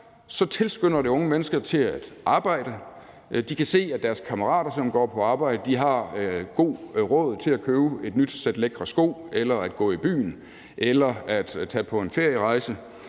tilskynder det unge mennesker til at arbejde. De kan se, at deres kammerater, som går på arbejde, har godt råd til at købe et nyt par lækre sko, til at gå i byen eller til at tage på en ferierejse;